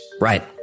Right